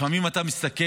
לפעמים אתה מסתכל